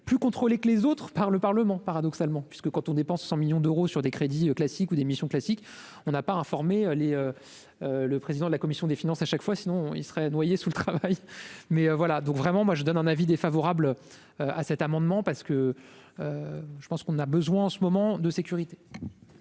plus contrôlés que les autres par le Parlement, paradoxalement, puisque quand on dépense 100 millions d'euros sur des crédits classiques ou des missions classiques, on n'a pas informé les le président de la commission des finances à chaque fois, sinon ils seraient noyés sous le travail, mais voilà donc vraiment moi je donne un avis défavorable à cet amendement parce que je pense qu'on a besoin en ce moment de sécurité.